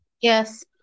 Yes